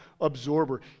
absorber